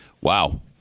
Wow